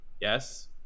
Yes